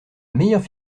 meilleure